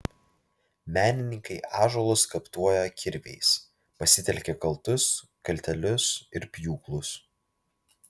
menininkai ąžuolus skaptuoja kirviais pasitelkia kaltus kaltelius ir pjūklus